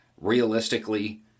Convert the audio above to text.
Realistically